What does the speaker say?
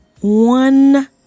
one